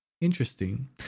Interesting